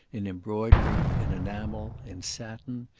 in embroidery, in enamel, in satin,